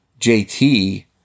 JT